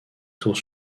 tour